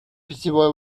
питьевой